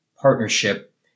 partnership